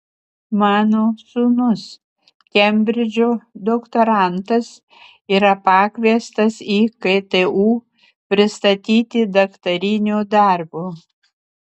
mano sūnus kembridžo doktorantas yra pakviestas į ktu pristatyti daktarinio darbo